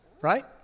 right